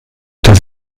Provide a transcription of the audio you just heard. dass